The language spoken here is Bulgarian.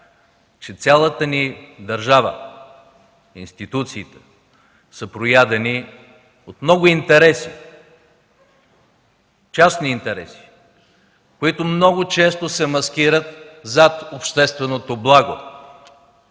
че цялата ни държава, институциите са проядени от много интереси, частни интереси, които много често се маскират зад общественото благо,